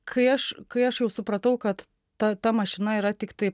kai aš kai aš jau supratau kad ta ta mašina yra tiktai